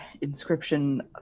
inscription